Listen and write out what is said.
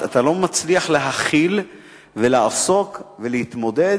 אתה לא מצליח להכיל ולעסוק ולהתמודד